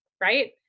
right